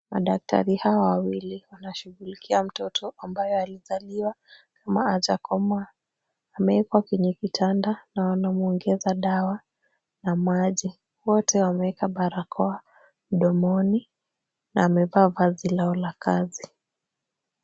Madaktari hawa wawili wanashughulikia mtoto ambaye alizaliwa kama hajakomaa. Ameekwa kwenye kitanda na wanamwongeza dawa na maji. Wote wameeka barakoa mdomoni na wamevaa vazi lao la kazi.